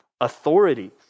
authority